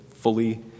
fully